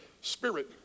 spirit